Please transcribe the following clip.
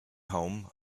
home